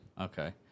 Okay